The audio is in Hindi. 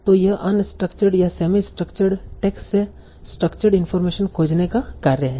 तों यह अनस्ट्रक्चर्ड या सेमी स्ट्रक्चर्ड टेक्स्ट से स्ट्रक्चर्ड इनफार्मेशन खोजने का कार्य है